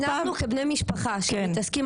אנחנו כבני משפחה שמתעסקים,